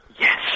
Yes